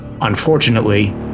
Unfortunately